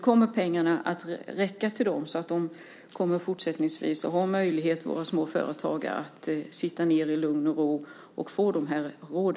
Kommer pengarna att räcka till dem så att de fortsättningsvis har möjlighet att i lugn och ro ge våra småföretagare råd?